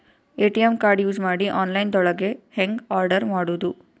ATM card use ಮಾಡಿ online ದೊಳಗೆ ಹೆಂಗ್ ಆರ್ಡರ್ ಮಾಡುದು?